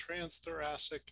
transthoracic